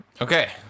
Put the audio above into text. Okay